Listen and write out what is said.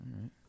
right